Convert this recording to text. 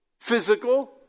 physical